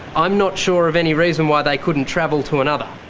i'm not sure of any reason why they couldn't travel to another.